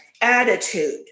attitude